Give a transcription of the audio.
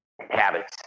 habits